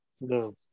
No